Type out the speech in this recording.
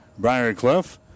Briarcliff